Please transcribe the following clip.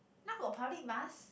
now got public bus